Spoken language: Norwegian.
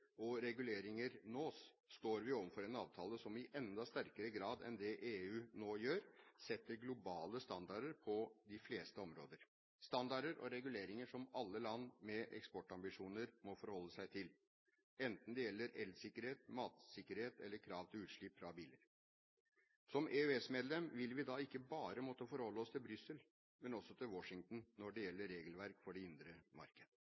og reguleringer, nås, står vi overfor en avtale som i enda sterkere grad enn det EU nå gjør, setter globale standarder på de fleste områder – standarder og reguleringer som alle land med eksportambisjoner må forholde seg til, enten det gjelder elsikkerhet, matsikkerhet eller krav til utslipp fra biler. Som EØS-medlem vil vi da ikke bare måtte forholde oss til Brussel, men også til Washington når det gjelder regelverk for det indre marked.